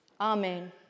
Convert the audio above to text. amen